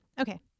Okay